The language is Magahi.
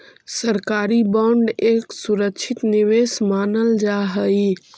सरकारी बांड एक सुरक्षित निवेश मानल जा हई